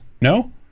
no